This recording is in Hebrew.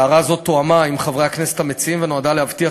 הערה זו תואמה עם חברי הכנסת המציעים ונועדה להבטיח